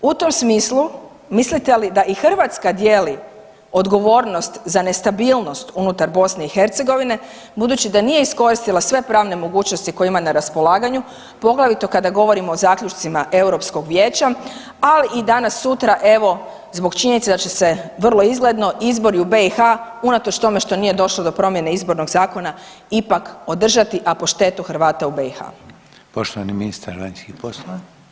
U tom smislu mislite li da i Hrvatska dijeli odgovornost za nestabilnost unutar BiH budući da nije iskoristila sve pravne mogućnosti koje ima na raspolaganju poglavito kada govorimo o zaključcima Europskog vijeća, ali i danas sutra evo zbog činjenice da će se vrlo izgledno izbori u BiH unatoč tome što nije došlo do promjene izbornog zakona ipak održati, a po štetu Hrvata u BiH.